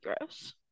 gross